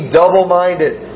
double-minded